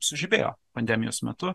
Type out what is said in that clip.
sužibėjo pandemijos metu